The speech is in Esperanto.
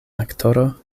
aktoro